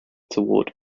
toward